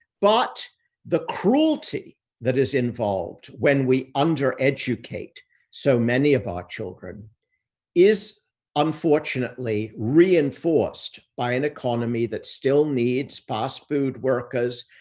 but the cruelty that is involved when we under educate so many of our children is unfortunately reinforced by an economy that still needs fast food workers,